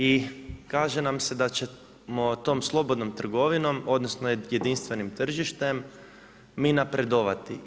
I kaže nam se da ćemo tom slobodnom trgovinom, odnosno jedinstvenim tržištem mi napredovati.